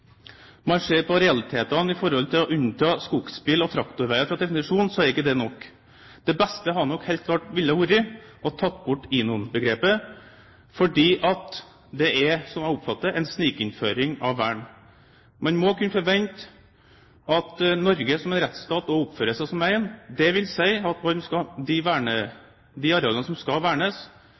man ser på realitetene i forhold til å unnta skogsbilveier og traktorveier fra definisjonen, at det er nok. Det beste hadde nok helt klart vært å ta bort INON-begrepet, fordi det er – som jeg oppfatter det – en snikinnføring av vern. Man må kunne forvente at Norge som en rettsstat også oppfører seg som en. Det vil si at de arealene som skal vernes,